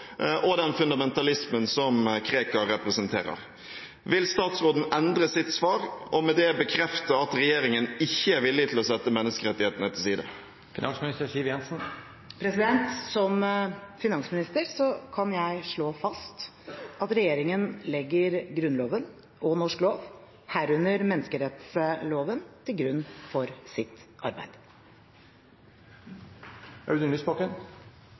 og den fundamentalismen som Krekar representerer. Vil statsråden endre sitt svar og med det bekrefte at regjeringen ikke er villig til å sette menneskerettighetene til side?» Som finansminister kan jeg slå fast at regjeringen legger Grunnloven og norsk lov, herunder menneskerettsloven, til grunn for sitt